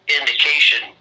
indication